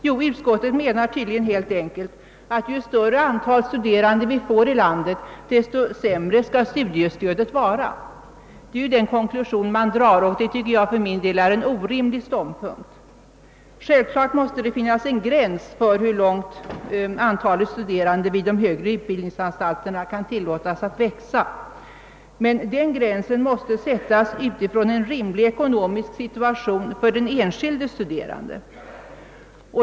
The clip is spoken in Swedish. Jo, utskottet menar tydligen helt enkelt att ju större antal studerande vi får i landet, desto sämre skall studiestödet vara. Det är den konklusion man måste dra, och det tycker jag för min del är en orimlig ståndpunkt. Självfallet måste det finnas en gräns för hur långt antalet studerande vid de högre utbildningsanstalterna kan tillåtas växa, men den gränsen måste också sättas med hänsyn till en rimlig ekonomisk situation för den enskilde studerande.